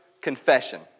confession